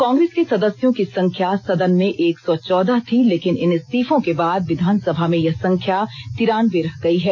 कांग्रेस के सदस्योम की संख्या सदन में एक सौ चौदह थी लेकिन इन इस्तीफों के बाद विधानसभा में यह संख्या तिरानवे रह गई है